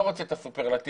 לא רוצה את הסופרלטיבים,